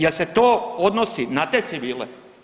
Je li se to odnosi na te civile?